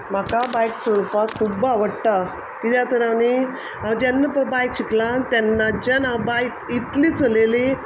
म्हाका बायक चलोवपाक खुब्ब आवडटा कित्याक तर आमी हांव जेन्न पय बायक शिकलां तेन्नाच्यान हांव बायक इतली चलयली